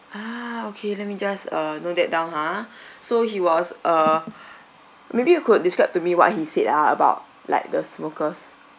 ah okay let me just uh note that down ha so he was uh maybe you could describe to me what he said ah about like the smokers